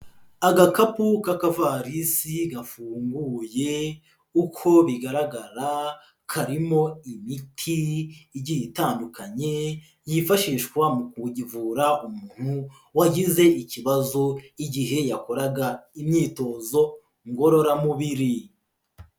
Agakapu k'akavarisi gafunguye uko bigaragara karimo imiti igiye itandukanye, yifashishwa mu kuvura umuntu wagize ikibazo igihe yakoraga imyitozo ngororamubiri.